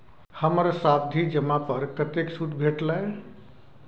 हमर सावधि जमा पर कतेक सूद भेटलै?